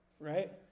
right